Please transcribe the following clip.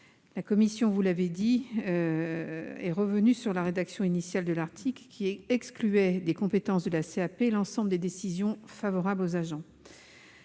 La commission des lois est revenue sur la rédaction initiale de l'article, qui excluait des compétences de la CAP l'ensemble des décisions favorables aux agents.